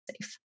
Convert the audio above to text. safe